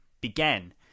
began